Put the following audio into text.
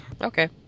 Okay